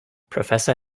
professor